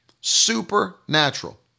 Supernatural